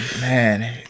man